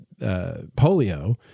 polio